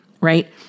right